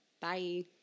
Bye